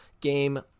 game